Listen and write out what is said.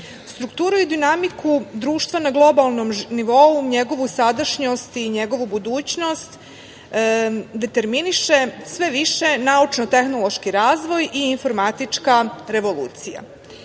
strukturu i dinamiku društva na globalnom nivou, njegovu sadašnjost i njegovu budućnost determiniše sve više naučno-tehnološki razvoj i informatička revolucija.